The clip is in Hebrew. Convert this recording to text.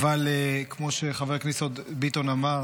אבל כמו שחבר הכנסת ביטון אמר,